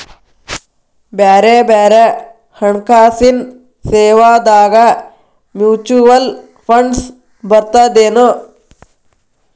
ಬ್ಯಾರೆ ಬ್ಯಾರೆ ಹಣ್ಕಾಸಿನ್ ಸೇವಾದಾಗ ಮ್ಯುಚುವಲ್ ಫಂಡ್ಸ್ ಬರ್ತದೇನು?